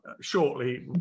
shortly